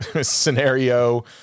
scenario